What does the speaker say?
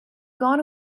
gone